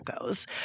goes